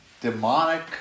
demonic